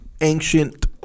ancient